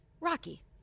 Rocky